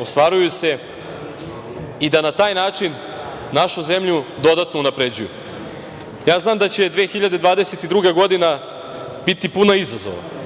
ostvaruju se i da na taj način našu zemlju dodatno unapređuju. Znam da će 2022. godina biti puna izazova